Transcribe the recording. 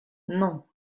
non